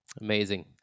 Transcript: Amazing